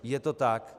Je to tak.